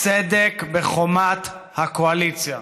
סדק בחומת הקואליציה.